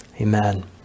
Amen